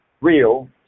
real